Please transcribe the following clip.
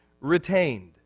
retained